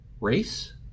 race